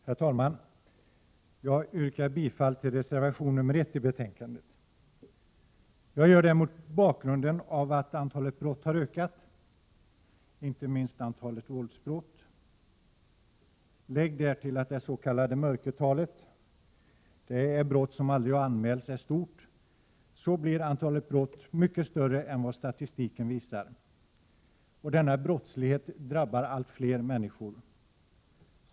Herr talman! Jag yrkar bifall till reservation 1 i betänkandet. Jag gör det mot bakgrund av att antalet brott har ökat, inte minst antalet våldsbrott. Om man därtill lägger att det s.k. mörkertalet, dvs. brott som aldrig anmäls, är stort blir antalet mycket större än vad statistiken visar. Denna brottslighet drabbar allt fler människor.